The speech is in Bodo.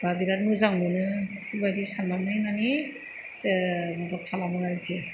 बा बिराथ मोजां मोनो बेबायदि साननानै माने माबा खालामो आरोखि